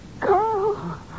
Carl